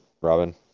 Robin